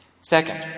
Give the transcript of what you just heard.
Second